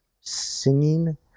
singing